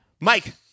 Mike